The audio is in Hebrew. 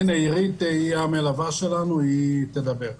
עירית ויסבלום היא המלווה שלנו, היא תדבר.